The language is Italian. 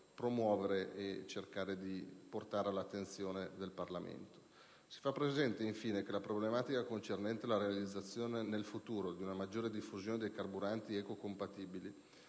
promuovere e cercare di portare all'attenzione del Parlamento. Si fa presente, infine, che la problematica concernente la realizzazione nel futuro di una maggior diffusione dei carburanti ecocompatibili